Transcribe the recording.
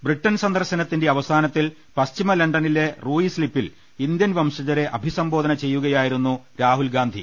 Britain സന്ദർശനത്തിന്റെ അവസാനത്തിൽ പശ്ചിമലണ്ടനിലെ റൂയിസ്ലിപ്പിൽ Indian വംശജരെ അഭിസംബോധനം ചെയ്യുകയായിരുന്നു രാഹുൽഗ്ഗാന്ധി